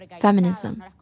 Feminism